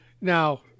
Now